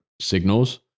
signals